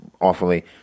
awfully